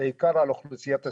פרט לאוכלוסיית הסיכון.